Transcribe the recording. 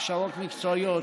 הכשרות מקצועיות,